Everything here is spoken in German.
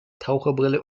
taucherbrille